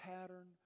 pattern